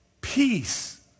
peace